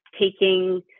taking